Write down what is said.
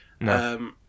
No